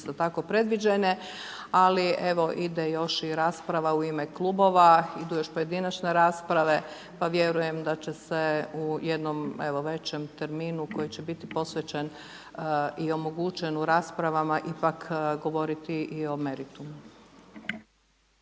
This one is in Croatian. su isto predviđene, ali evo ide još i rasprava u ime klubova, idu još i pojedinačne rasprave, pa vjerujem da će se u jednom većem terminu koji će biti posvećen i omogućen u raspravama ipak govoriti i o meritumu.